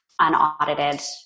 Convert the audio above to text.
unaudited